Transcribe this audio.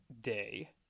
day